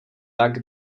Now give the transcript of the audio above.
tak